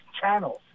channels